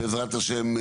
בעזרת השם,